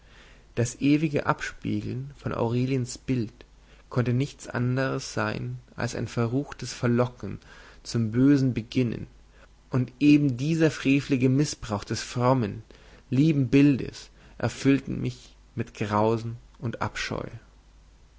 das ewige abspiegeln von aureliens bild konnte nichts anderes sein als ein verruchtes verlocken zum bösen beginnen und eben dieser frevelige mißbrauch des frommen lieben bildes erfüllte mich mit grausen und abscheu